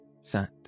sat